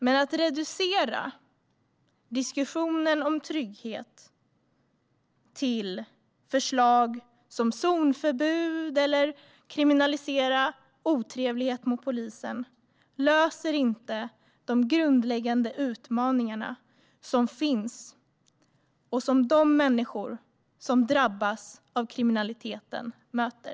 Men att reducera diskussionen om trygghet till sådana förslag som zonförbud eller kriminalisering av otrevlighet mot polisen löser inte de grundläggande utmaningar som de människor som drabbas av kriminalitet möter.